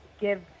give